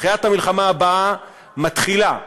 דחיית המלחמה הבאה מתחילה כשהממשלה,